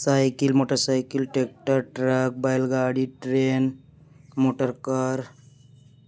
cycle motor cycle tractor truck بیل گاڑی train motor کار